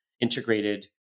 integrated